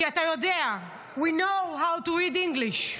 כי אתה יודע, we know how to read English,